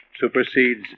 supersedes